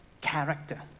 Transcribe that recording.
character